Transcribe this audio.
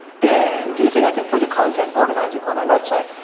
dan, do you think i can put your content, organize it on my website?